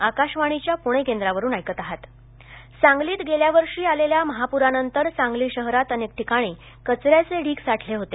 आरोप सांगलीत गेल्यावर्षी आलेल्या महाप्रानंतर सांगली शहरात अनेक ठिकाणी कचऱ्याचे ढीग साठले होते